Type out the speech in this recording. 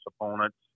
opponents